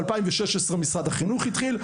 העניין ובשנת 2016 משרד החינוך התחיל.